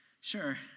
sure